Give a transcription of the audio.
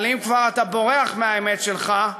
אבל אם כבר אתה בורח מהאמת שלך,